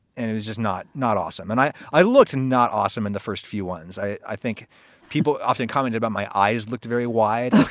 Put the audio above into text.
and it was just not not awesome. and i, i looked and not awesome in the first few ones. i think people often commented about my eyes looked very wide.